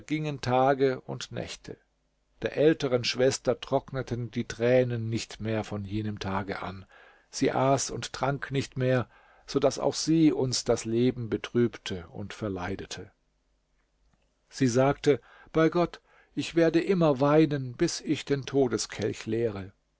vergingen tage und nächte der älteren schwester trockneten die tränen nicht mehr von jenem tage an sie aß und trank nicht mehr so daß auch sie uns das leben betrübte und verleidete sie sagte bei gott ich werde immer weinen bis ich den todeskelch leere